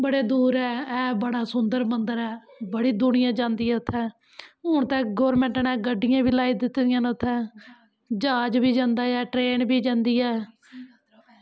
बड़े दूर ऐ एह् सोह्नां ऐ बड़ी दुनियां जांदी ऐ उत्थें हून ते गौरमैंट नै गड्डियां बी लाई दित्ती दियां न उत्थें ज्हाज़ बी जंदा ऐ ट्रेन बी जंदी ऐ